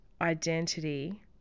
identity